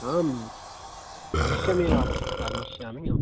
आम् अवश्यमेव आगमिष्यामि